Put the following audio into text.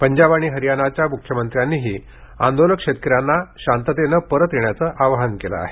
पंजाब आणि हरियानाच्या मुख्यमंत्र्यांनीही आंदोलक शेतकऱ्यांना शांततेनं परत येण्याचं आवाहन केलं आहे